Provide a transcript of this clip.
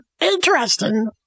interesting